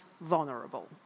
vulnerable